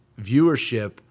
viewership